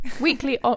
Weekly